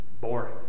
boring